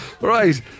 right